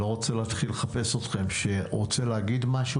אני לא רוצה להתחיל לחפש אתכם שרוצה להגיד משהו?